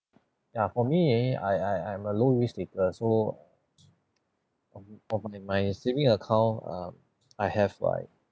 ya for me I I I'm a low risk taker so for for my my saving account uh I have like